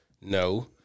No